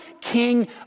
king